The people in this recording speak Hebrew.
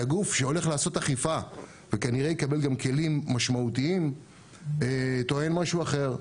הגוף שהולך לעשות אכיפה וכנראה יקבל גם כלים משמעותיים טוען משהו אחר.